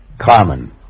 Carmen